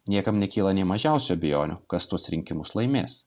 niekam nekyla nė mažiausių abejonių kas tuos rinkimus laimės